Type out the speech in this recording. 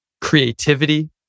Creativity